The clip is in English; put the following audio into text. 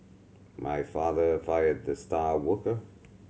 my father fired the star worker